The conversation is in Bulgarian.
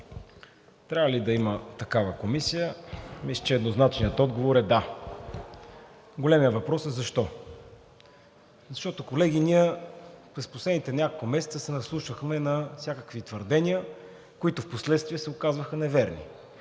Трябва ли да има такава комисия? Мисля, че еднозначният отговор е да. Големият въпрос е защо? Защото, колеги, ние през последните няколко месеца се наслушахме на всякакви твърдения, които впоследствие се оказаха неверни,